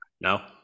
No